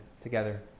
together